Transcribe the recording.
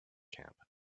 camp